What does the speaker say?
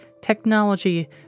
technology